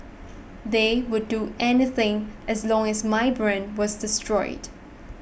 they would do anything as long as my brand was destroyed